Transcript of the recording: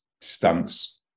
stunts